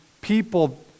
people